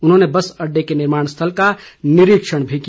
उन्होंने बस अड़डे के निर्माण स्थल का निरीक्षण भी किया